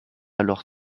alors